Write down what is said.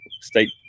state